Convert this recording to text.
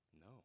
No